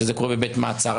כשזה קורה בבית מעצר.